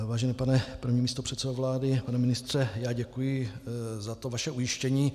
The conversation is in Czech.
Vážený pane první místopředsedo vlády, pane ministře, děkuji za vaše ujištění.